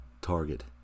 target